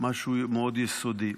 מאוד משהו מאוד יסודי.